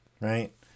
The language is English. right